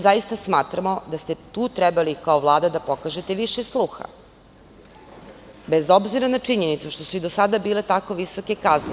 Zaista smatramo da ste tu trebali kao Vlada da pokažete više sluha, bez obzira na činjenicu što su i do sada bile tako visoke kazne.